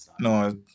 No